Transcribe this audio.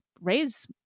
raise